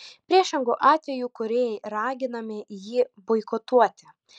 priešingu atveju kūrėjai raginami jį boikotuoti